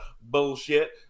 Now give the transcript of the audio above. bullshit